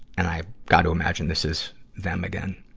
and i've gotta imagine this is them again.